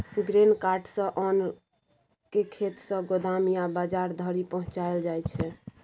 grain cart सँ ओन केँ खेत सँ गोदाम या बजार धरि पहुँचाएल जाइ छै